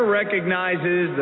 recognizes